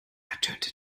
ertönte